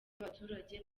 abaturage